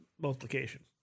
multiplication